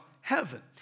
heaven